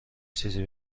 چیزی